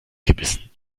gebissen